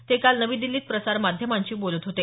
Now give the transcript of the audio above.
ते काल नवी दिल्लीत प्रसार माध्यमांशी बोलत होते